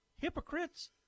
Hypocrites